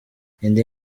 indi